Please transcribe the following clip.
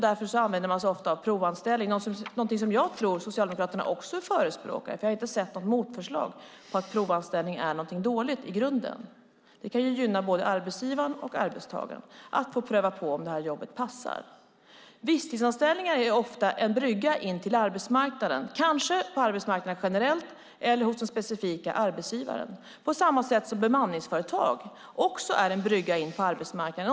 Därför använder man sig ofta av provanställning, något som jag tror att också Socialdemokraterna förespråkar, för jag har inte sett något motförslag som säger att provanställning är något dåligt i grunden. Det kan ju gynna både arbetsgivaren och arbetstagaren att få pröva på om jobbet passar. Visstidsanställningar är ofta en brygga in till arbetsmarknaden, kanske på arbetsmarknaden generellt eller hos den specifika arbetsgivaren, på samma sätt som bemanningsföretag är en brygga in till arbetsmarknaden.